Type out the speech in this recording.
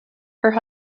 her